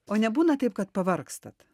o nebūna taip kad pavargstat